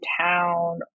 town